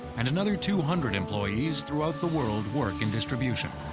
and another two hundred employees throughout the world work in distribution.